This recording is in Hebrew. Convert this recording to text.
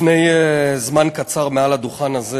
לפני זמן קצר עמד על הדוכן הזה